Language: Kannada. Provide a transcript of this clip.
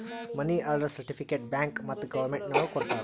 ಮನಿ ಆರ್ಡರ್ ಸರ್ಟಿಫಿಕೇಟ್ ಬ್ಯಾಂಕ್ ಮತ್ತ್ ಗೌರ್ಮೆಂಟ್ ನವ್ರು ಕೊಡ್ತಾರ